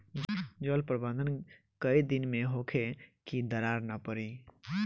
जल प्रबंधन केय दिन में होखे कि दरार न पड़ी?